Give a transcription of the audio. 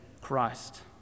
Christ